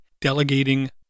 delegating